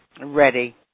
Ready